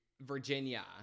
Virginia